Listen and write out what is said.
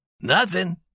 Nothing